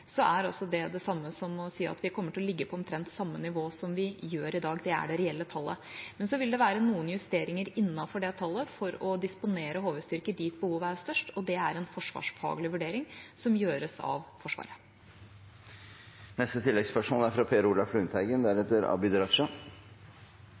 er også det det samme som å si at vi kommer til å ligge på omtrent samme nivå som vi gjør i dag. Det er det reelle tallet. Men så vil det være noen justeringer innenfor det tallet for å disponere HV-styrker dit behovet er størst, og det er en forsvarsfaglig vurdering som gjøres av Forsvaret.